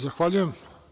Zahvaljujem.